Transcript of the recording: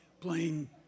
playing